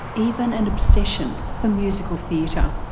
even an obsession, for musical theatre.